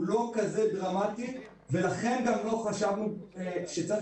הוא לא כזה דרמטי ולכן גם לא חשבנו שצריך